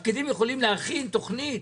הפקידים יכולים להכין תוכנית,